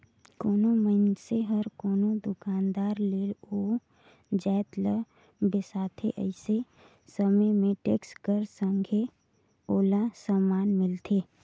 कोनो मइनसे हर कोनो दुकानदार ले ओ जाएत ल बेसाथे अइसे समे में टेक्स कर संघे ओला समान मिलथे